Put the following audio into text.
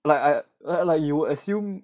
like I like like you would assume